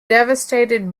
devastated